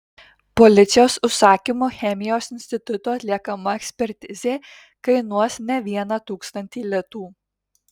policijos užsakymu chemijos instituto atliekama ekspertizė kainuos ne vieną tūkstantį litų